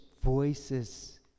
voices